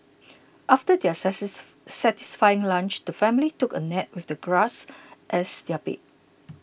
after their satisfying lunch the family took a nap with the grass as their bed